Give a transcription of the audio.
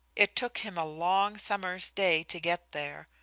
it took him a long summer's day to get there,